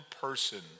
person